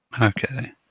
Okay